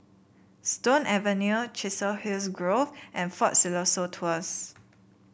Stone Avenue Chiselhurst Grove and Fort Siloso Tours